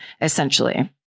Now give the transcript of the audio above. essentially